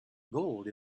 gold